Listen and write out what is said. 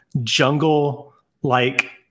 jungle-like